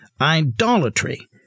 idolatry